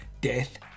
death